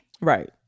Right